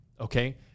okay